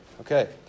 Okay